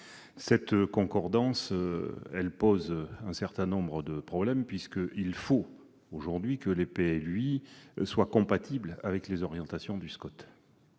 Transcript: Cette concordance pose un certain nombre de problèmes. Aujourd'hui, il faut que les PLUI soient compatibles avec les orientations du SCOT.